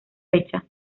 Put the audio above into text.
fecha